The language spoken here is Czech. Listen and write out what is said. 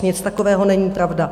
Nic takového není pravda.